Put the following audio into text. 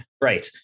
right